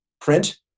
print